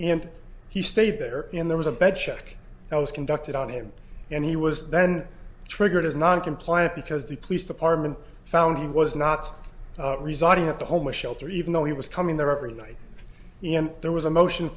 and he stayed there in there was a bed check that was conducted on him and he was then triggered as non compliant because the police department found he was not residing at the homeless shelter even though he was coming there every night and there was a motion